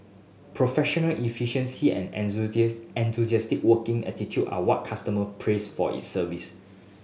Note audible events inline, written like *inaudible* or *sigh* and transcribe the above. professional efficiency and *unintelligible* enthusiastic working attitude are what customer praise for its service